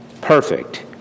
perfect